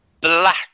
black